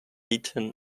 beaten